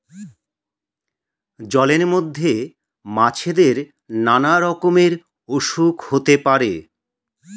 জলের মধ্যে মাছেদের নানা রকমের অসুখ হতে পারে